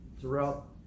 throughout